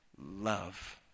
love